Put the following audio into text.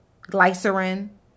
glycerin